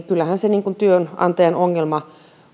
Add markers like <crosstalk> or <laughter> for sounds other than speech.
<unintelligible> kyllähän se palkanmaksuviive on työnantajan ongelma